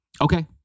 Okay